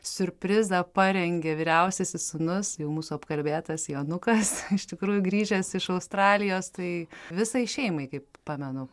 siurprizą parengė vyriausiasis sūnus jau mūsų apkalbėtas jonukas iš tikrųjų grįžęs iš australijos tai visai šeimai kaip pamenu